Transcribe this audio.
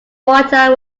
water